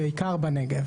בעיקר בנגב.